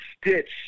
stitch